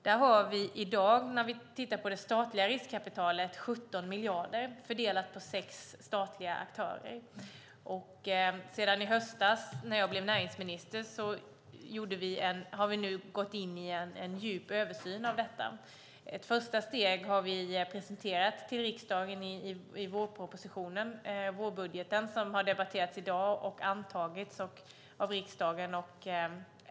När det gäller det statliga riskkapitalet har vi 17 miljarder fördelade på sex statliga aktörer. Sedan i höstas, när jag blev näringsminister, har vi gått in i en översyn av detta. Ett första steg presenterade vi till riksdagen i vårpropositionen som har debatterats och antagits av riksdagen i dag.